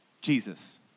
Jesus